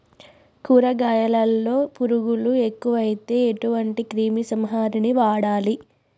కూరగాయలలో పురుగులు ఎక్కువైతే ఎటువంటి క్రిమి సంహారిణి వాడాలి?